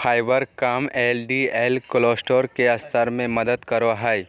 fibre कम LDL cholesterol के स्तर में मदद करो हइ